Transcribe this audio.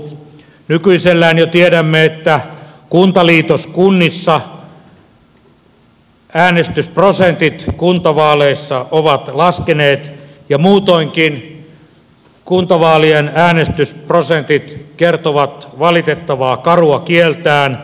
nykyisellään jo tiedämme että kuntaliitoskunnissa äänestysprosentit kuntavaaleissa ovat laskeneet ja muutoinkin kuntavaalien äänestysprosentit kertovat valitettavaa karua kieltään